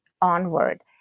onward